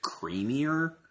creamier